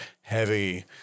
heavy